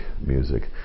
music